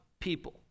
people